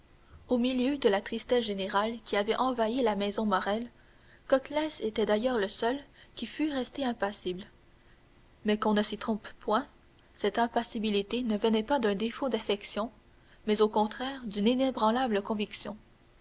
au milieu de la tristesse générale qui avait envahi la maison morrel coclès était d'ailleurs le seul qui fût resté impassible mais qu'on ne s'y trompe point cette impassibilité ne venait pas d'un défaut d'affection mais au contraire d'une inébranlable conviction